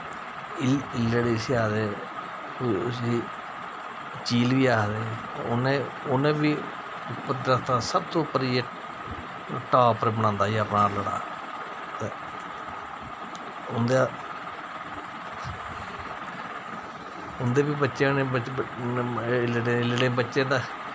इल्लड़ जिसी आखदे उसी चील बी आखदे उन्नै उन्नै बी दरखता दे सब तो उप्पर जाइयै टाप उप्पर बनांदा अपना आहलड़ा ते उं'दे उं'दे बी बच्चे होने इल्लड़ें दे बच्चे तां